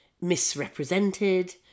misrepresented